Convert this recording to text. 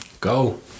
Go